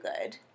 good